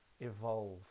evolve